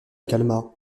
calma